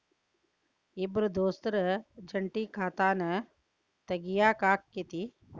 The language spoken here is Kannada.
ಇಬ್ರ ದೋಸ್ತರ ಜಂಟಿ ಖಾತಾನ ತಗಿಯಾಕ್ ಆಕ್ಕೆತಿ?